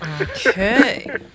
Okay